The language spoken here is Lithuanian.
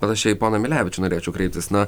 panašiai į poną milevičių norėčiau kreiptis na